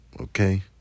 okay